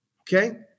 Okay